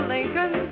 Lincoln